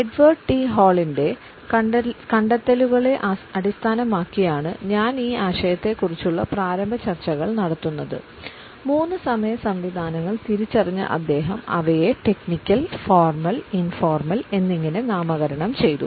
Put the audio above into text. Edward T ഹാളിന്റെ എന്നിങ്ങനെ നാമകരണം ചെയ്തു